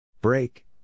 Break